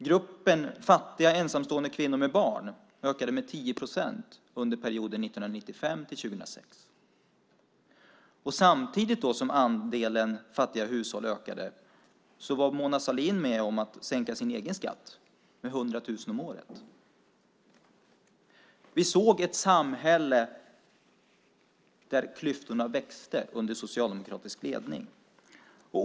Gruppen fattiga, ensamstående kvinnor med barn ökade med 10 procent under perioden 1995-2006. Samtidigt som andelen fattiga hushåll ökade var Mona Sahlin med om att sänka sin egen skatt med 100 000 om året. Vi såg ett samhälle där klyftorna växte under socialdemokratisk ledning.